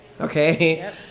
Okay